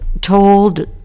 told